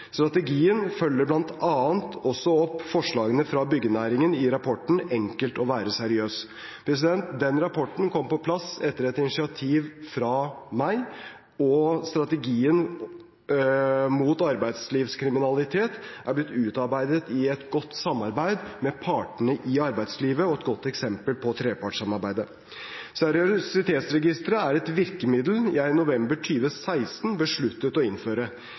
Strategien følger bl.a. også opp forslagene fra byggenæringen i rapporten Enkelt å være seriøs. Den rapporten kom på plass etter et initiativ fra meg, og strategien mot arbeidslivskriminalitet er blitt utarbeidet i et godt samarbeid med partene i arbeidslivet og er et godt eksempel på trepartssamarbeidet. Seriøsitetsregisteret er et virkemiddel jeg i november 2016 besluttet å innføre.